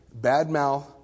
badmouth